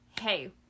hey